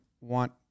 want